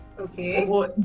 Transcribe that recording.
Okay